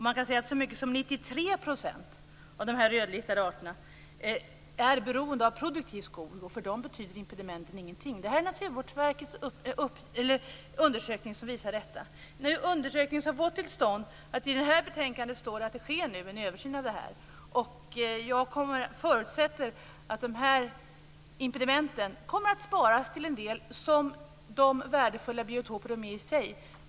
Man kan säga att så mycket som 93 % av de rödlistade arterna är beroende av produktiv skog, och för dem betyder impedimenten ingenting. Det är Naturvårdsverkets undersökning som visar detta. Denna undersökning har gjort att det i det här betänkandet står att det nu sker en översyn. Jag förutsätter att de här impedimenten kommer att sparas till en del som de värdefulla biotoper de är i sig.